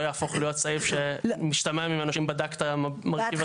יהפוך להיות סעיף שמשתמע ממנו שאם בדקת מוטיב אחד --- השרה להתיישבות